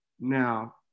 Now